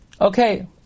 Okay